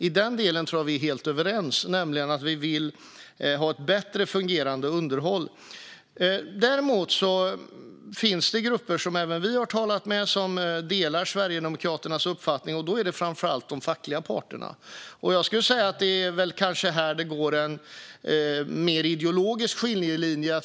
I den delen tror jag att vi är helt överens, nämligen att vi vill ha ett bättre fungerande underhåll. Däremot finns det grupper som även vi har talat med och som delar Sverigedemokraternas uppfattning. Det är framför allt de fackliga parterna. Det är kanske här det går en mer ideologisk skiljelinje.